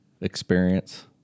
experience